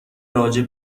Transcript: راجع